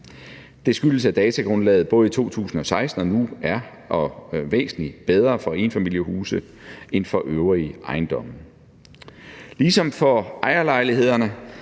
Det skyldes, at datagrundlaget både i 2016 og nu er væsentlig bedre for enfamilieshuse end for øvrige ejendomme. Ligesom for ejerlejlighederne